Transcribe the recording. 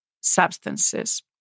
substances